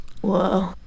whoa